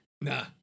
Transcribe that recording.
Nah